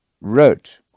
wrote